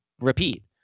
repeat